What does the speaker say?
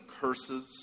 curses